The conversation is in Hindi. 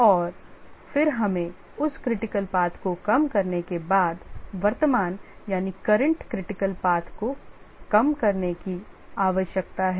और फिर हमें उस critical path को कम करने के बाद वर्तमान current critical path को कम करने की आवश्यकता है